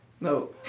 No